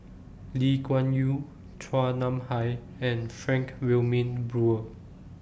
Lee Kuan Yew Chua Nam Hai and Frank Wilmin Brewer